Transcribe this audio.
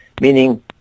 Meaning